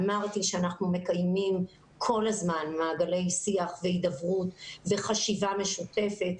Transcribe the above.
אמרתי שאנחנו מקיימים כל הזמן מעגלי שיח והידברות וחשיבה משותפת.